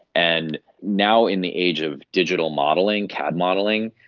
and now in the age of digital modelling, cad modelling,